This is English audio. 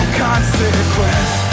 consequence